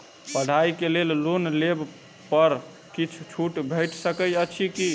पढ़ाई केँ लेल लोन लेबऽ पर किछ छुट भैट सकैत अछि की?